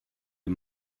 ihr